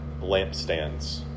lampstands